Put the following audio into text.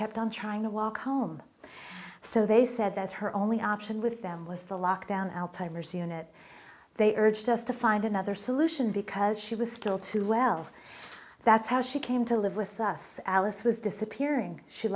kept on trying to walk home so they said that her only option with them with the lockdown alzheimer's unit they urged us to find another solution because she was still too well that's how she came to live with us alice was disappearing she